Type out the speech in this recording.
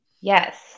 yes